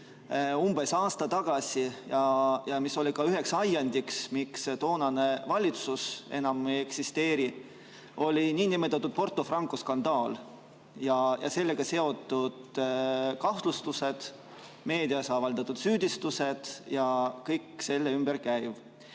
umbes aasta tagasi ja mis oli ka üheks ajendiks, miks toonane valitsus enam ei eksisteeri, oli nn Porto Franco skandaal ja sellega seotud kahtlustused, meedias avaldatud süüdistused ja kõik selle ümber käiv.